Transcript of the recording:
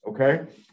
Okay